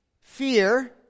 Fear